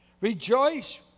rejoice